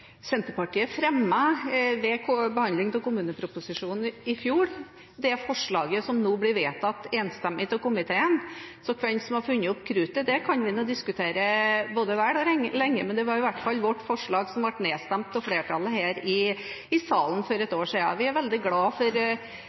Senterpartiet fremmet ved behandlingen av kommuneproposisjonen i fjor det forslaget som nå blir vedtatt enstemmig av komiteen. Så hvem som har funnet opp kruttet, kan vi diskutere både vel og lenge, men det var i hvert fall vårt forslag som ble nedstemt av flertallet her i salen for et år siden. Vi er veldig